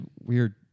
weird